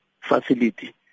facility